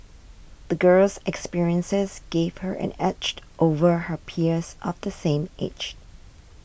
the girl's experiences gave her an edge over her peers of the same age